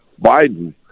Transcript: Biden